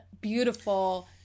beautiful